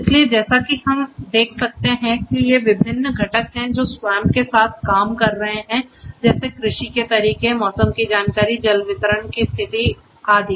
इसलिए जैसा कि हम देख सकते हैं कि ये विभिन्न घटक हैं जो SWAMP के साथ काम कर रहे हैं जैसे कृषि के तरीके मौसम की जानकारी जल वितरण की स्थिति आदि